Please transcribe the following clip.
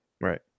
Right